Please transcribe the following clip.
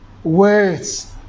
Words